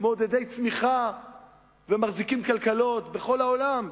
מעודדי צמיחה ומחזיקים כלכלות בכל העולם,